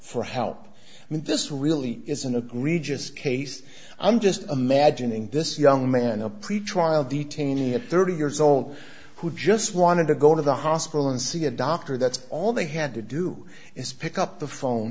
for help and this really isn't a regis case i'm just imagining this young man a pretrial detainee at thirty years old who just wanted to go to the hospital and see a doctor that's all they had to do is pick up the phone